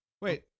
Wait